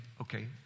okay